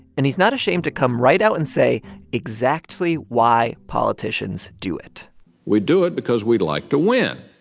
and he's not ashamed to come right out and say exactly why politicians do it we do it because we'd like to win,